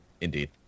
Indeed